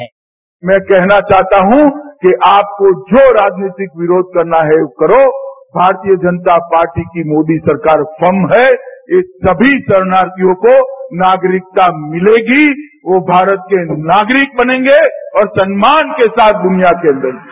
bite मैं कहना चाहता हूँ कि आपको जो राजनीतिक विरोध करना है वो करो भारतीय जनता पार्टी की मोदी सरकार फर्म है इन सभी शार्णिथियों को नागरिकता मिलेगी वो भारत के नागरिक बनेंगे और सम्मान के साथ दुनिया के अंदर रहेंगे